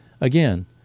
Again